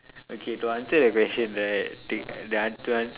okay to answer that question right take the an~ the an~